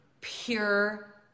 pure